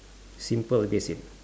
simple that's it